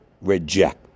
reject